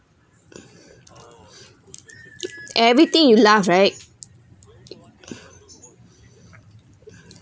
everything you laugh right